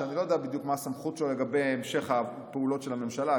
שאני לא יודע בדיוק מה הסמכות שלו לגבי המשך הפעולות של הממשלה,